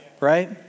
Right